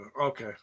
Okay